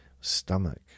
stomach